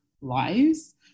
lives